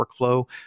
workflow